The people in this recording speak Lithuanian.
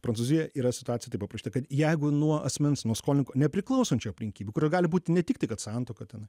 prancūzijoj yra situacija taip aprašyta kad jeigu nuo asmens nuo skolininko nepriklausančių aplinkybių kurių gali būti ne tik tai kad santuoka ten